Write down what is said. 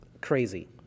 crazy